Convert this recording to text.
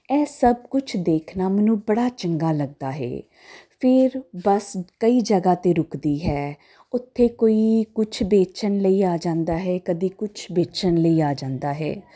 ਇਹ ਸਭ ਕੁਛ ਦੇਖਣਾ ਮੈਨੂੰ ਬੜਾ ਚੰਗਾ ਲੱਗਦਾ ਹੈ ਫਿਰ ਬਸ ਕਈ ਜਗ੍ਹਾ 'ਤੇ ਰੁਕਦੀ ਹੈ ਉੱਥੇ ਕੋਈ ਕੁਛ ਵੇਚਣ ਲਈ ਆ ਜਾਂਦਾ ਹੈ ਕਦੀ ਕੁਛ ਵੇਚਣ ਲਈ ਆ ਜਾਂਦਾ ਹੈ